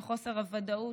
חוסר הוודאות,